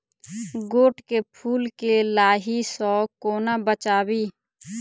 गोट केँ फुल केँ लाही सऽ कोना बचाबी?